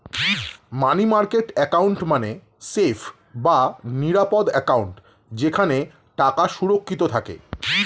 মানি market account মানে safe বা নিরাপদ অ্যাকাউন্ট যেখানে টাকা সুরক্ষিত থাকে